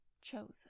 chosen